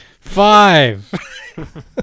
five